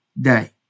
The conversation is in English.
day